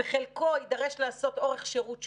וחלקו יידרש לעשות אורך שירות שונה,